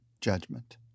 judgment